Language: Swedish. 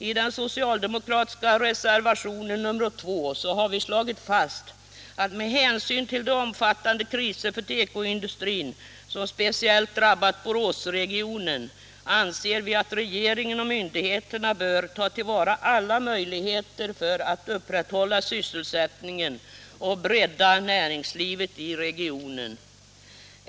I den socialdemokratiska reservationen nr 2 har vi slagit fast, att med hänsyn till de omfattande kriser för tekoindustrin som speciellt drabbat Boråsregionen bör regeringen och myndigheterna ta till vara alla möjligheter att upprätthålla sysselsättningen och bredda näringslivet i regionen.